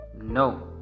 no